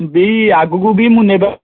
ବି ଆଗକୁ ବି ମୁଁ ନେବା